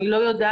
אני לא יודעת.